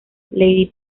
lady